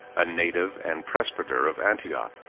a native and presbyter of antioch,